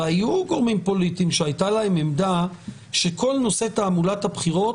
והיו גורמים פוליטיים שהייתה להם עמדה שכל נושא תעמולת הבחירות,